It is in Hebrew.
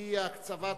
על-פי הקצבת הוועדה,